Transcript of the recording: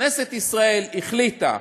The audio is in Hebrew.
וכנסת ישראל החליטה,